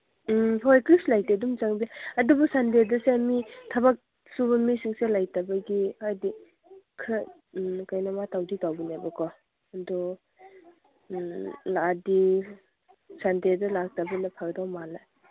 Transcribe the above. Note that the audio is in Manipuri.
ꯎꯝ ꯍꯣꯏ ꯀꯔꯤꯁꯨ ꯂꯩꯇꯦ ꯑꯗꯨꯝ ꯆꯪꯁꯦ ꯑꯗꯨꯕꯨ ꯁꯟꯗꯦꯗꯁꯦ ꯃꯤ ꯊꯕꯛ ꯁꯨꯕ ꯃꯤꯁꯤꯡꯁꯦ ꯂꯩꯇꯕꯒꯤ ꯍꯥꯏꯗꯤ ꯈꯔ ꯀꯩꯅꯣꯃ ꯇꯧꯗꯤ ꯇꯧꯕꯅꯦꯕꯀꯣ ꯑꯗꯨ ꯂꯥꯛꯑꯗꯤ ꯁꯟꯗꯦꯗ ꯂꯥꯛꯇꯕꯅ ꯐꯗꯧ ꯃꯥꯜꯂꯦ